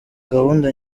gahunda